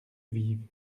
vives